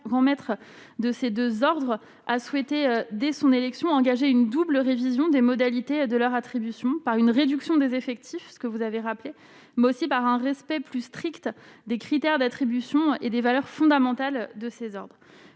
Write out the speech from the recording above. remettre de ces 2 ordres, a souhaité, dès son élection, engager une double révision des modalités de leur attribution par une réduction des effectifs, ce que vous avez rappelé mais aussi par un respect plus strict des critères d'attribution et des valeurs fondamentales de 16 hommes